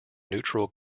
neutral